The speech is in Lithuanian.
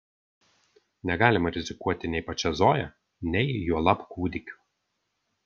negalima rizikuoti nei pačia zoja nei juolab kūdikiu